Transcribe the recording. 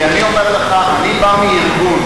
אני אומר לך, אני בא מארגון.